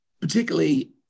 particularly